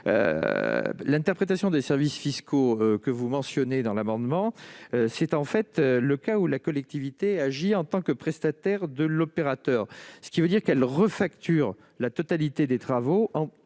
L'interprétation des services fiscaux que vous mentionnez dans l'objet de votre amendement, c'est en fait le cas où la collectivité agit en tant que prestataire de l'opérateur, ce qui veut dire qu'elle refacture la totalité des travaux